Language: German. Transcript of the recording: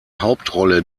hauptrolle